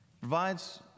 Provides